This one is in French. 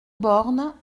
born